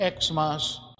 Xmas